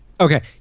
Okay